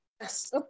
Yes